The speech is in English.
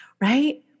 right